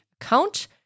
account